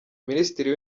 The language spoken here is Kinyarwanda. minisitiri